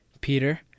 Peter